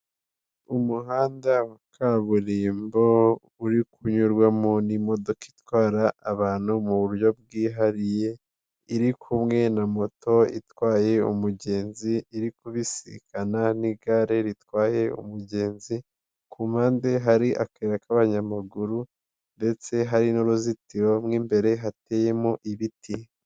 Umuhanda wa kaburimbo uri kunyurwamo n'imodoka itwara abantu mu buryo bwihariye, iri kumwe na moto itwaye umugenzi, iri kubisikana n'igare ritwaye umugenzi, ku mpande hari akayira k'abanyamaguru ndetse hari n'uruzitiro rw'imbere hateyemo ibiti.